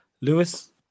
Lewis